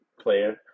player